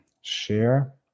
Share